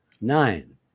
nine